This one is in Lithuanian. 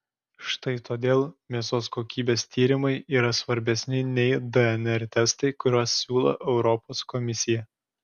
štai todėl mėsos kokybės tyrimai yra svarbesni nei dnr testai kuriuos siūlo europos komisija